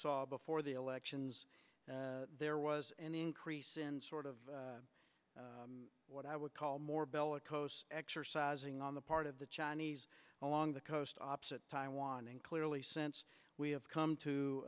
saw before the elections there was an increase in sort of what i would call more bellicose exercising on the part of the chinese along the coast opposite taiwan and clearly since we have come